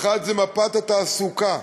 האחת, מפת התעסוקה,